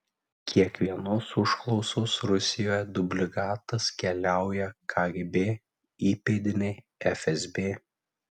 kiekvienos užklausos rusijoje dublikatas keliauja kgb įpėdinei fsb